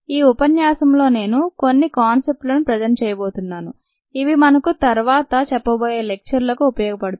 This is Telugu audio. ఈ ఉపన్యాసంలో నేను కొన్ని కాన్సెప్ట్ లను ప్రజంట్ చేయబోతున్నాను ఇవి మనకు తర్వాల చెప్పబోయే లెక్చర్లకు ఉపయోగపడుతుంది